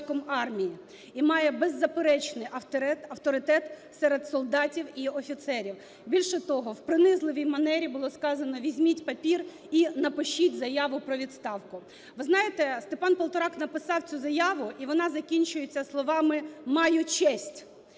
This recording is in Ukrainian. Ви знаєте, СтепанПолторак написав цю заяву, і вона закінчується словами: "маю честь".